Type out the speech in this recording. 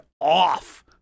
off